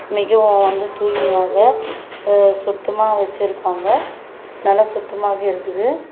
மிகவும் வந்து தூய்மையாக சுத்தமாக வச்சிருக்காங்கள் நல்லா சுத்தமாகவே இருக்குது